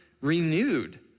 renewed